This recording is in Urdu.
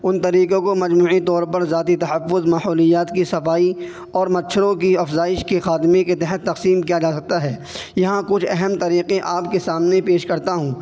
ان طریقوں کو مجموعی طور پر ذاتی تحفظ ماحولیات کی صفائی اور مچھروں کی افزائش کے خاتمے کے تحت تقسیم کیا جا سکتا ہے یہاں کچھ اہم طریقے آپ کے سامنے پیش کرتا ہوں